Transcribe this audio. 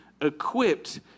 equipped